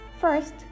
first